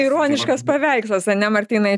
ironiškas paveikslas ar ne martynai